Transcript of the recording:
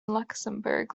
luxembourg